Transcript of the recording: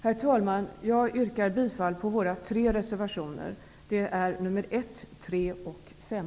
Herr talman! Jag yrkar bifall till våra tre reservationer nr 1, 3 och 5.